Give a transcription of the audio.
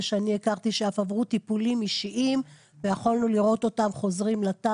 שאני הכרתי שאף עברו טיפולים אישיים ויכולנו לראות אותם חוזרים לתא